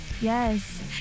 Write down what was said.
Yes